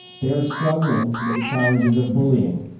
they're struggling with the challenges of bullying,